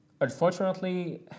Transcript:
Unfortunately